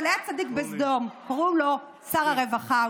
אבל היה צדיק בסדום, קוראים לו שר הרווחה.